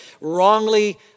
Wrongly